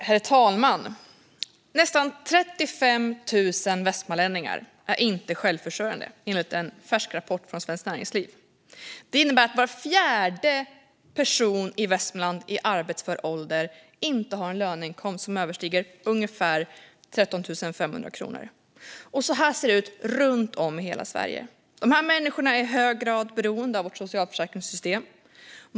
Herr talman! Nästan 35 000 västmanlänningar är inte självförsörjande, enligt en färsk rapport från Svenskt Näringsliv. Det innebär att var fjärde person i arbetsför ålder i Västmanland inte har en löneinkomst som överstiger ungefär 13 500 kronor i månaden. Och så här ser det ut runt om i hela Sverige. Dessa människor är i hög grad beroende av vårt socialförsäkringssystem.